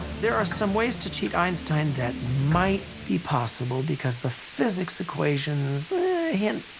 there are some ways to cheat einstein that might be possible, because the physics equations hint.